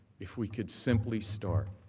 if we could simply start,